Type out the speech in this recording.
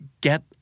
get